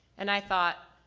and i thought,